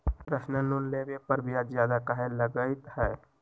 Personal loan लेबे पर ब्याज ज्यादा काहे लागईत है?